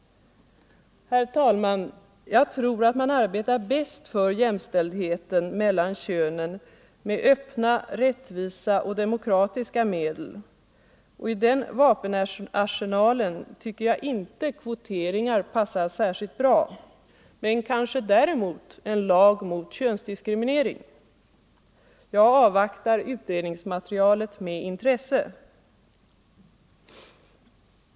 Herr talman! Jag tror att man arbetar bäst för jämställdheten mellan könen med öppna, rättvisa och demokratiska medel, och i den vapenarsenalen tycker jag inte kvoteringar passar särskilt bra men kanske däremot en lag mot könsdiskriminering. Jag avvaktar utredningsmaterialet med intresse.